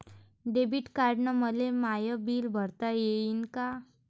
Debit कार्डानं मले माय बिल भरता येईन का?